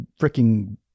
freaking